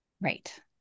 Right